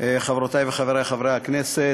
חברותי וחברי חברי הכנסת,